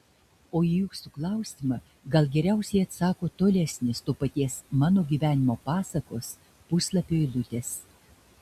o į jūsų klausimą gal geriausiai atsako tolesnės to paties mano gyvenimo pasakos puslapio eilutės